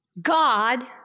God